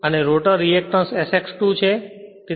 અને rotor reactance SX2 છે તે